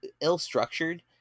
ill-structured